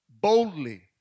boldly